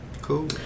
Cool